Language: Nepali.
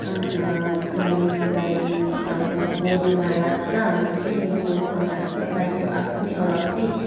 अन्त गाईलाई अब गोठमा राख्छ हाम्रो चाहिँ गोठ बनाएको छ गाईको आफ्नै अलग्गै